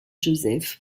joseph